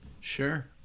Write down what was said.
Sure